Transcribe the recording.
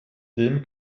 dem